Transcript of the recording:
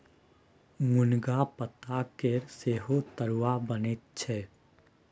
मुनगा पातकेर सेहो तरुआ बनैत छै